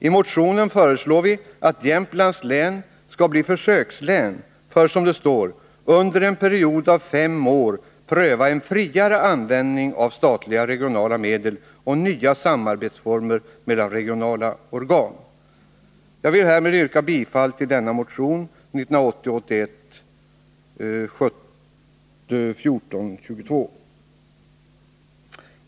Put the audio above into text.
I motionen föreslår vi att Jämtlands län skall bli försökslän för att ”under en period av fem år pröva en friare användning av statliga regionala medel och pröva nya samarbetsformer mellan regionala statliga organ”.